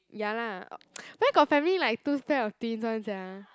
ya lah o~ where got family like two pair of twins one sia